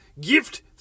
Gift